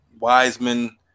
Wiseman